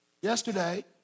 yesterday